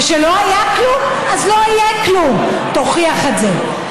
ושלא היה כלום, אז לא יהיה כלום, תוכיח את זה.